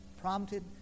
prompted